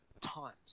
times